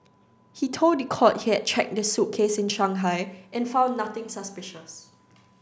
he told the court he had check the suitcase in Shanghai and found nothing suspicious